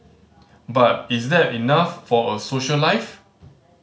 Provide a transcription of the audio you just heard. but is that enough for a social life